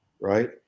right